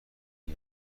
این